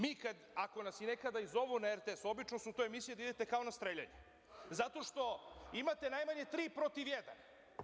Mi, ako nas nekada i zovu na RTS, obično su to emisije gde idete kao na streljanje, zato što imate najmanje tri protiv jedan.